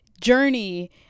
journey